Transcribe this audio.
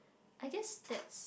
I guess that